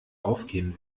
aufgehen